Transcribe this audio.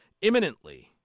imminently